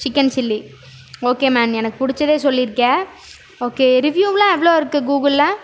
chicken chilli okay man எனக்கு பிடிச்சதே சொல்லியிருக்க ஓகே ரிவ்யூவ்லாம் எவ்வளோ இருக்கு கூகுளில்